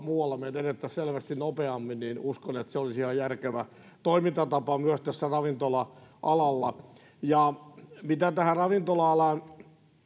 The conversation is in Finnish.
muualla edettäisiin selvästi nopeammin uskon että se olisi ihan järkevä toimintatapa myös ravintola alalla mitä ravintola alaan